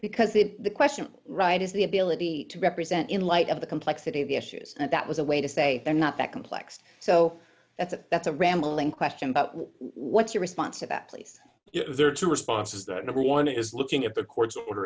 because it the question right is the ability to represent in light of the complexity of the issues and that was a way to say i'm not that complex so that's a that's a rambling question but what's your response to that place you know there are two responses that number one is looking at the court's order